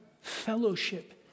fellowship